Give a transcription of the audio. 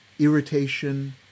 irritation